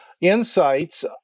insights